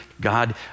God